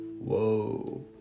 Whoa